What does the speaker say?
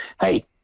hey